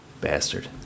Bastard